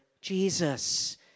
Jesus